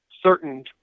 certain